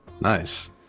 Nice